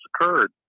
occurred